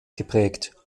geprägt